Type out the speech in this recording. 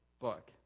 book